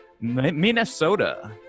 Minnesota